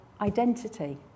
identity